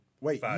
Wait